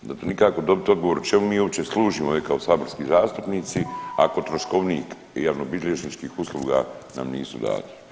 Dakle, nikako dobit odgovor čemu mi uopće služimo kao saborski zastupnici ako troškovnik javnobilježničkih usluga nam nisu dali.